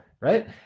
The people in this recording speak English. right